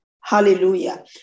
Hallelujah